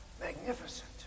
Magnificent